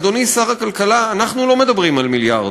אדוני שר הכלכלה: אנחנו לא מדברים על מיליארד,